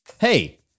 Hey